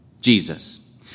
Jesus